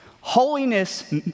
Holiness